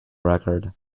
record